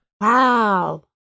Wow